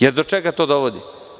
Jer, do čega to dovodi?